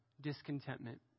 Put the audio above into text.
discontentment